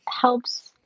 helps